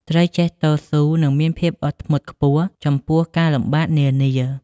ត្រូវចេះតស៊ូ និងមានភាពអត់ធ្មត់ខ្ពស់ចំពោះការលំបាកនានា។